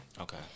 Okay